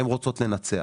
הן רוצות לנצח.